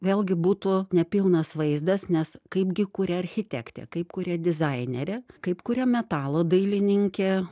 vėlgi būtų nepilnas vaizdas nes kaipgi kuria architektė kaip kuria dizainerė kaip kuria metalo dailininkė